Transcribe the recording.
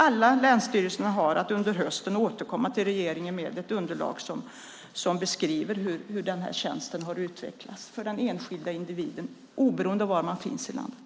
Alla länsstyrelser har att under hösten återkomma till regeringen med ett underlag som beskriver hur tjänsten har utvecklats för den enskilda individen, oberoende av var man finns i landet.